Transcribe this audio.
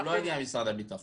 הוא לא הגיע ממשרד הביטחון.